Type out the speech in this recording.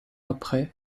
après